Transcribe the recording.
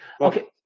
Okay